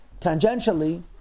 tangentially